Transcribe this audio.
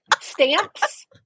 Stamps